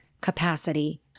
capacity